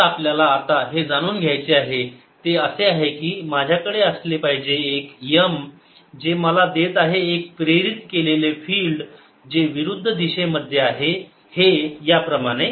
तर आपल्याला आता जे जाणून घ्यायचे आहे ते असे आहे की माझ्याकडे असले पाहिजे एक M जे मला देत आहे एक प्रेरित केलेले फिल्ड जे विरुद्ध दिशेमध्ये आहे हे याप्रमाणे